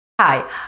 Hi